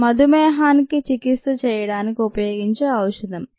మధుమేహానికి చికిత్స చేయడానికి ఉపయోగించే ఔషధం ఇది